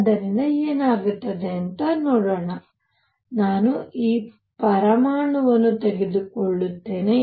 ಆದ್ದರಿಂದ ಏನಾಗುತ್ತದೆ ಎಂದು ನೋಡೋಣ ನಾನು ಈ ಪರಮಾಣುವನ್ನು ತೆಗೆದುಕೊಳ್ಳುತ್ತೇನೆ